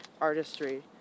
artistry